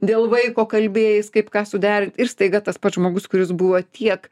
dėl vaiko kalbėjais kaip ką suderint ir staiga tas pats žmogus kuris buvo tiek